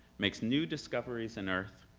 makes new discoveries in earth,